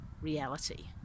reality